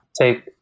Take